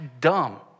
dumb